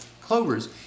clovers